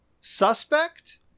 suspect